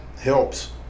helps